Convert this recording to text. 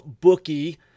bookie